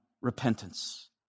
repentance